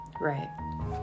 Right